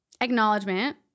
acknowledgement